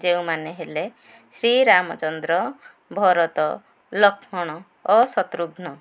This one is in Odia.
ଯେଉଁମାନେ ହେଲେ ଶ୍ରୀରାମଚନ୍ଦ୍ର ଭରତ ଲକ୍ଷ୍ମଣ ଓ ଶତ୍ରୁଘନ